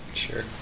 sure